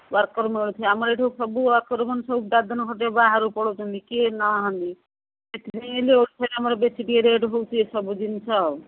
worker ମିଳୁଥିବେ ଆମର ଏଇଠୁ ସବୁ ୱାର୍କର୍ମାନେ ସବୁ ଦାଦନ ଖଟିବାକୁ ବାହାରକୁ ପଳାଉଛନ୍ତି କିଏ ନାହାନ୍ତି ସେଥିପାଇଁ ହେଲେ ଓଡ଼ିଶାରେ ଆମର ବେଶୀ ଟିକିଏ ରେଟ୍ ହେଉଛି ଏ ସବୁ ଜିନିଷ ଆଉ